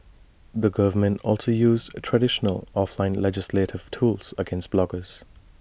the government also used traditional offline legislative tools against bloggers